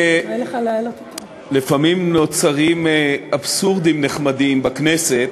לפעמים נוצרים אבסורדים נחמדים בכנסת,